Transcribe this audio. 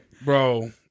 bro